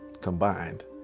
combined